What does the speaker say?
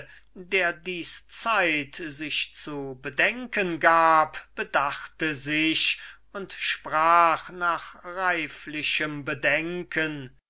der dies zeit sich zu bedenken gab bedachte sich und sprach nach reiflichem bedenken